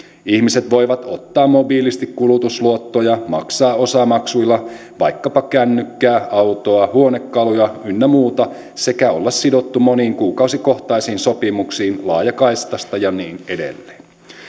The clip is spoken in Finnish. ihmiset voivat ottaa mobiilisti kulutusluottoja maksaa osamaksuilla vaikkapa kännykkää autoa huonekaluja ynnä muuta sekä olla sidottuja moniin kuukausikohtaisiin sopimuksiin laajakaistasta ja niin edelleen